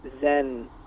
Zen